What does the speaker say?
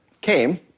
came